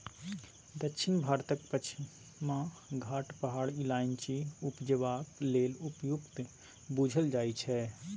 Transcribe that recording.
दक्षिण भारतक पछिमा घाट पहाड़ इलाइचीं उपजेबाक लेल उपयुक्त बुझल जाइ छै